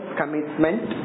commitment